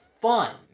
fun